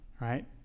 right